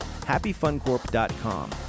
HappyFunCorp.com